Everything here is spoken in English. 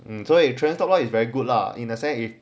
mm 所以 trailing stop loss is very good lah in a sense if